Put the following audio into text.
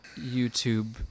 YouTube